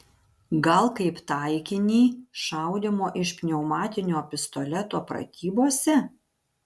gal kaip taikinį šaudymo iš pneumatinio pistoleto pratybose